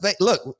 look